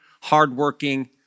hardworking